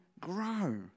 grow